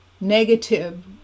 negative